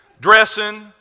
dressing